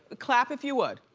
clap if you would.